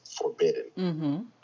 forbidden